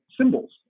symbols